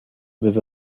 with